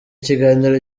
kiganiro